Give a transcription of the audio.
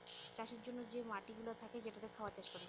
চাষের জন্যে যে মাটিগুলা থাকে যেটাতে খাবার চাষ করে